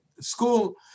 school